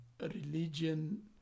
religion